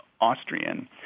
Austrian